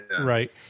Right